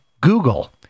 Google